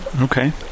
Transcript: Okay